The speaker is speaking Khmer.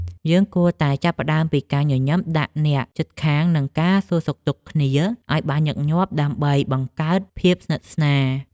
យើងគួរតែចាប់ផ្ដើមពីការញញឹមដាក់អ្នកជិតខាង និងការសួរសុខទុក្ខគ្នាឱ្យបានញឹកញាប់ ដើម្បីបង្កើតភាពស្និទ្ធស្នាល។